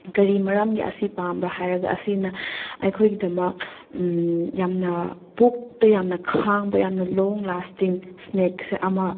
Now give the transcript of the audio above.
ꯀꯔꯤ ꯃꯔꯝꯒꯤ ꯑꯁꯤ ꯄꯥꯝꯕ꯭ꯔꯥ ꯍꯥꯏꯔꯒ ꯑꯁꯤꯅ ꯑꯩꯈꯣꯏꯒꯤꯗꯃꯛ ꯌꯥꯝꯅ ꯄꯨꯛꯇ ꯌꯥꯝꯅ ꯈꯥꯡꯕ ꯌꯥꯝꯅ ꯂꯣꯡ ꯂꯥꯁꯇꯤꯡ ꯏꯁꯅꯦꯛꯁ ꯑꯃ